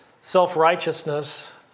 self-righteousness